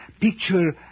Picture